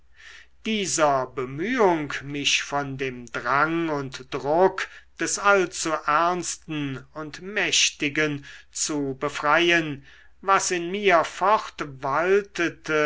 dieser bemühung mich von dem drang und druck des allzuernsten und mächtigen zu befreien was in mir